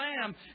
lamb